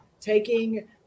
taking